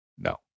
No